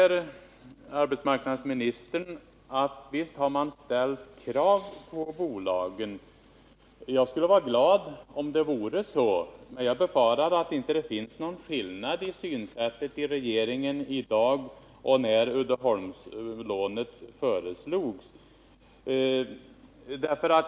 Arbetsmarknadsministern säger att visst har man ställt krav på bolagen. Jag skulle vara glad om det vore så, men jag befarar att det inte finns någon skillnad i synsätt inom regeringen i dag jämfört med när Uddeholmslånet föreslogs.